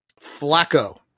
Flacco